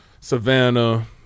Savannah